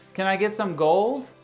can i get some gold?